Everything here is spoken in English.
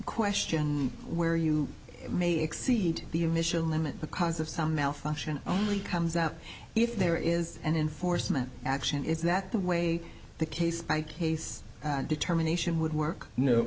question where you may exceed the initial limit because of some malfunction only comes out if there is an enforcement action is that the way the case by case determination would work no